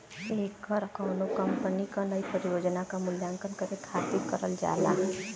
ऐकर कउनो कंपनी क नई परियोजना क मूल्यांकन करे खातिर करल जाला